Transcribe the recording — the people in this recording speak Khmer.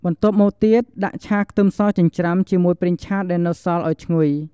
បន្ទាប់់មកទៀត ដាក់ឆាខ្ទឹមសចិញ្ច្រាំ ជាមួយប្រេងឆាដែលនៅសល់ ឱ្យឈ្ងុយ។